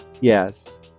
Yes